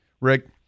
Rick